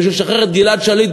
בשביל לשחרר את גלעד שליט,